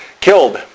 killed